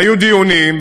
היו דיונים,